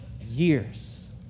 years